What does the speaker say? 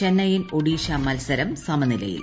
ചെന്നൈയിൻ ഒഡീഷ മത്സരം സമനിലയിൽ